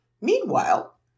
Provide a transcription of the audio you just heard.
Meanwhile